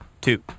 two